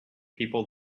people